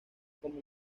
como